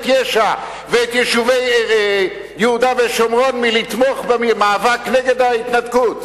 יש"ע ואת יישובי יהודה ושומרון מלתמוך במאבק נגד ההתנתקות?